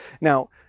Now